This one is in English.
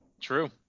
True